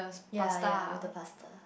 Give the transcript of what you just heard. ya ya with the pasta